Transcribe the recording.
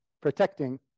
protecting